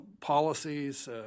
policies